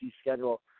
schedule